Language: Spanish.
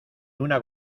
una